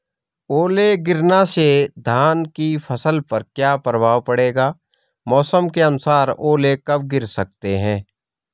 ओले गिरना से धान की फसल पर क्या प्रभाव पड़ेगा मौसम के अनुसार ओले कब गिर सकते हैं?